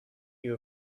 you